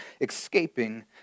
escaping